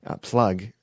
plug